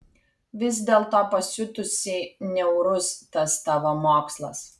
vis dėlto pasiutusiai niaurus tas tavo mokslas